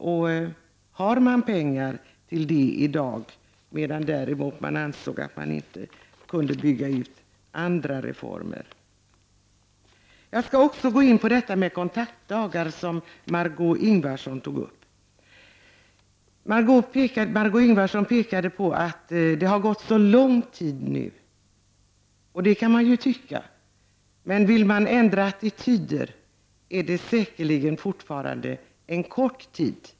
Har folkpartiet pengar till den reformen? Man har ju inte ansett sig kunna bygga ut andra reformer på detta område. Hon menade att det har gått lång tid sedan antalet kontaktdagar fastställdes. Det kan man tycka, men jämfört med den tid det tar att ändra attityder är det säkerligen en kort tid.